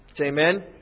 Amen